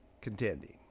contending